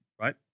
right